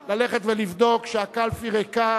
ללכת ולבדוק שהקלפי ריקה.